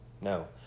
No